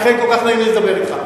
לכן כל כך נעים לי לדבר אתך.